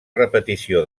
repetició